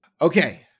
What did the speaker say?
Okay